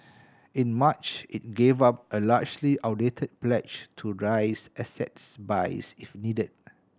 in March it gave up a largely outdated pledge to raise asset buys if needed